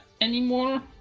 anymore